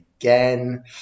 again